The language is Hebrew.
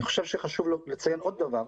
חשוב לציין עוד דבר,